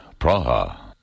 Praha